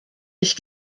ich